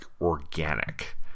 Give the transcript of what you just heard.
organic